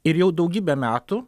ir jau daugybę metų